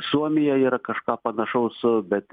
suomija yra kažką panašaus bet